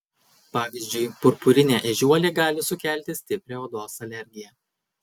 pavyzdžiui purpurinė ežiuolė gali sukelti stiprią odos alergiją